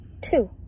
two